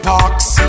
Parks